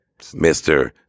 Mr